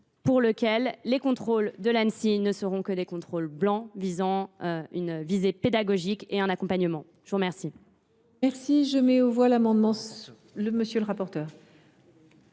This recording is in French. cours duquel les contrôles de l’Anssi ne seront que des contrôles blancs ayant une visée pédagogique et d’accompagnement. Le Gouvernement